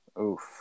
Oof